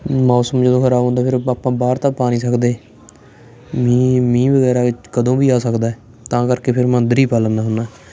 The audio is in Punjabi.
ਮੌਸਮ ਜਦੋਂ ਖਰਾਬ ਹੁੰਦਾ ਫਿਰ ਆਪਾਂ ਬਾਹਰ ਤਾਂ ਪਾ ਨਹੀਂ ਸਕਦੇ ਮੀਂਹ ਮੀਂਹ ਵਗੈਰਾ ਕਦੋਂ ਵੀ ਆ ਸਕਦਾ ਤਾਂ ਕਰਕੇ ਫਿਰ ਮੈਂ ਅੰਦਰੇ ਹੀ ਪਾ ਲੈਂਦਾ ਹੁੰਦਾ